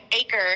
acre